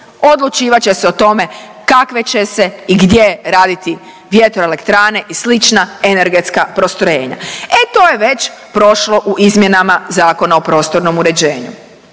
odlučivat će se o tome kakve će se i gdje raditi vjetroelektrane i slična energetska postrojenja. E to je već prošlo u izmjenama Zakona o prostornom uređenju.